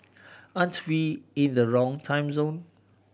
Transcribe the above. aren't we in the wrong time zone